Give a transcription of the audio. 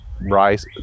rice